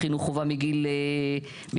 חינוך חובה מגיל שלוש.